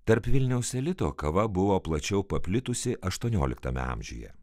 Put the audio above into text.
tarp vilniaus elito kava buvo plačiau paplitusi aštuonioliktame amžiuje